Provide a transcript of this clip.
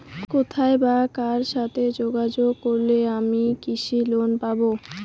কোথায় বা কার সাথে যোগাযোগ করলে আমি কৃষি লোন পাব?